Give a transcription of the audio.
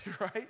right